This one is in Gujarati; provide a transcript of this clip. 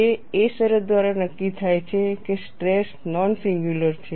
તે એ શરત દ્વારા નક્કી થાય છે કે સ્ટ્રેસ નોન સિંગ્યુલર છે